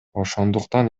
ошондуктан